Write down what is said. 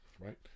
right